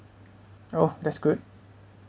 oh that's good